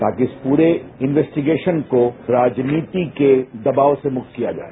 अब इस पूरे इन्वेस्टिगेशन को राजनीति के दबाव से मुक्त किया जाए